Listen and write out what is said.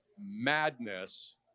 madness